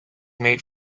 made